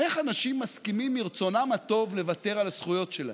איך אנשים מסכימים מרצונם הטוב לוותר על הזכויות שלהם.